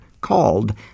called